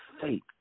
faith